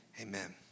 amen